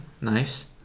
nice